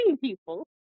people